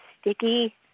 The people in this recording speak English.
sticky